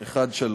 (מס' 22),